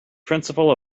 principle